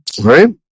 right